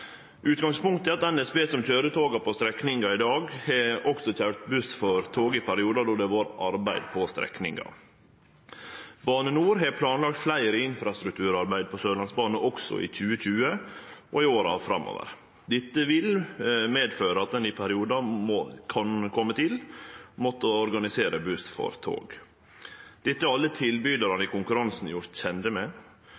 Utgangspunktet er at NSB, som køyrer toga på strekninga i dag, også har køyrt buss for tog i periodar då det har vore arbeid på strekninga. Bane NOR har planlagt fleire infrastrukturarbeid på Sørlandsbanen også i 2020 og i åra framover. Det vil medføre at ein i periodar kan kome til å måtte organisere buss for tog. Dette er alle tilbydarane